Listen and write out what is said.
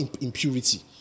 impurity